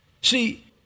See